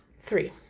Three